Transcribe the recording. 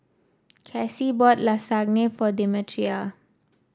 Casie bought Lasagna for Demetria